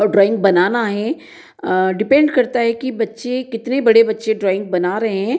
और ड्रॉइंग बनाना है डिपेंड करता है कि बच्चे कितने बड़े बच्चे ड्रॉइंग बना रहे हैं